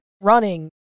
running